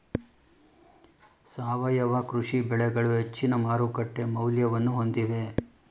ಸಾವಯವ ಕೃಷಿ ಬೆಳೆಗಳು ಹೆಚ್ಚಿನ ಮಾರುಕಟ್ಟೆ ಮೌಲ್ಯವನ್ನು ಹೊಂದಿವೆ